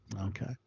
Okay